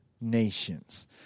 nations